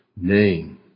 name